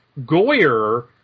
Goyer